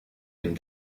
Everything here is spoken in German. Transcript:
dem